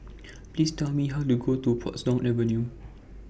Please Tell Me How to get to Portsdown Avenue